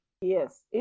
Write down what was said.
Yes